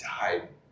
died